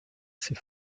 ses